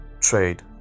trade